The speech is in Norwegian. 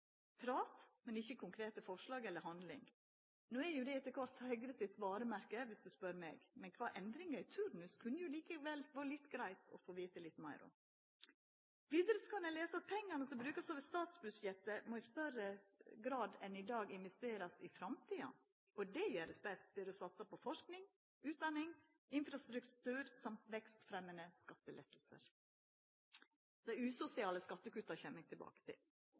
prat, men ikkje konkrete forslag eller handling. No er jo det etter kvart Høgre sitt varemerke, spør du meg. Men kva endringar i turnus kunne det likevel vore litt greitt å få vita litt meir om. Vidare kan ein lesa at pengane som vert brukte over statsbudsjettet, i større grad enn i dag må investerast for framtida, og det vert gjort best ved å satsa på forsking, utdanning, infrastruktur og vekstfremjande skattelettar. Dei usosiale skattekutta kjem eg tilbake til.